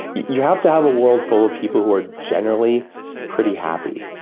you have to have a world full of people who are generally pretty happy.